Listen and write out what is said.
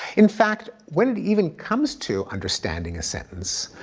in fact, when it even comes to understanding a sentence,